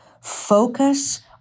focus